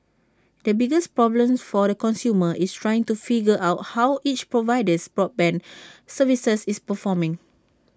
the biggest problem for A consumer is trying to figure out how each provider's broadband service is performing